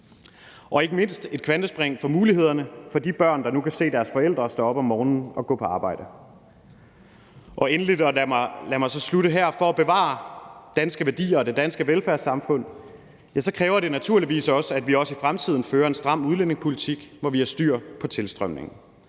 vil ikke mindst være et kvantespring for mulighederne for de børn, der nu kan se deres forældre stå op om morgenen og gå på arbejde. Lad mig så slutte her med at sige, at for at bevare danske værdier og det danske velfærdssamfund kræver det naturligvis også, at vi i fremtiden fører en stram udlændingepolitik, hvor vi har styr på tilstrømningen.